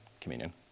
communion